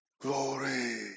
Glory